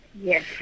Yes